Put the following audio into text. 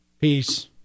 Peace